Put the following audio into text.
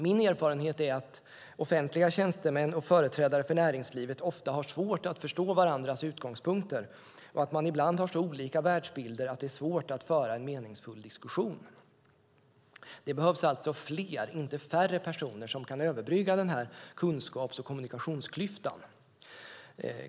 Min erfarenhet är att offentliga tjänstemän och företrädare för näringslivet ofta har svårt att förstå varandras utgångspunkter och att man ibland har så olika världsbilder att det är svårt att föra en meningsfull diskussion. Det behövs alltså fler - inte färre - som kan överbrygga den kunskaps och kommunikationsklyftan.